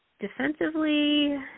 Defensively